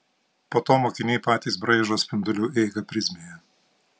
po to mokiniai patys braižo spindulių eigą prizmėje